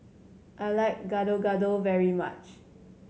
I like Gado Gado very much